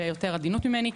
ביותר עדינות ממני,